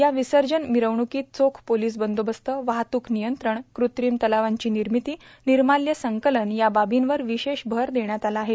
या विसर्जन मिरवणुकीत चोख पोलीस बंदोबस्त वाहतुक नियंत्रण कृत्रिम तलावांची निर्मिती निर्माल्य संकलन या बाबींवर विशेष भर देण्यात आला आहे